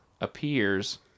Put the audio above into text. appears